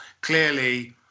clearly